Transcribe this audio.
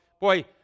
boy